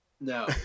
No